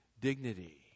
dignity